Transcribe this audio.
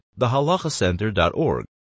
thehalachacenter.org